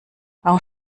warum